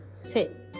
sit